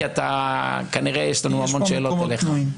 כמו שגדעון אמר,